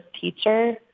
teacher